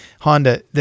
Honda